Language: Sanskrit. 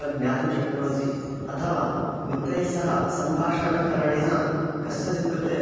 तद् ज्ञातुं शक्नुवन्ति अथवा मित्रैस्सह सम्भाषणकरणेन कस्यचित् कृते